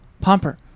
Pomper